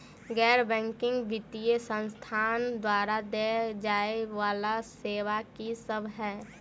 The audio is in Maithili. गैर बैंकिंग वित्तीय संस्थान द्वारा देय जाए वला सेवा की सब है?